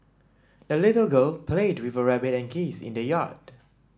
the little girl played with her rabbit and geese in the yard